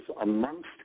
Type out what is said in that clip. amongst